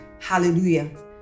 Hallelujah